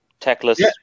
Techless